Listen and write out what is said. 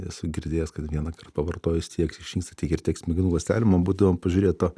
esu girdėjęs kad vienąkart pavartojus tiek išnyksta tiek ir tiek smegenų ląstelių man būvo įdomu pažiūrėt to